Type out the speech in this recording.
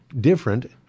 different